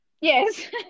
Yes